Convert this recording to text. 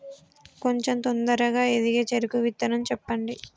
కొంచం తొందరగా ఎదిగే చెరుకు విత్తనం చెప్పండి?